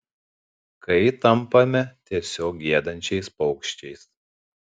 kai tampame tiesiog giedančiais paukščiais